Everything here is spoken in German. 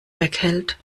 weghält